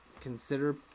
consider